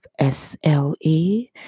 SLE